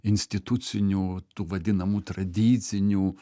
institucinių tų vadinamų tradicinių